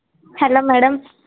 hello madam